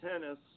tennis